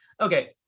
Okay